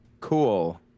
cool